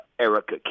Erica